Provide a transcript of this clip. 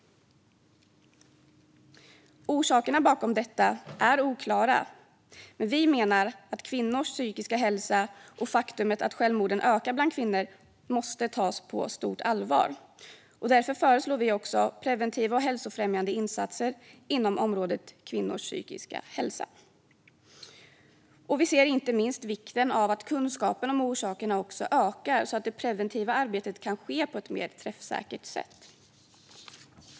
Orsakerna till detta är oklara, men vi menar att kvinnors psykiska hälsa och faktumet att självmorden ökar bland kvinnor måste tas på stort allvar. Därför föreslår vi preventiva och hälsofrämjande insatser inom området kvinnors psykiska hälsa. Vi ser inte minst vikten av att kunskapen om orsakerna ökar, så att det preventiva arbetet kan ske på ett mer träffsäkert sätt.